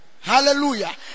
Hallelujah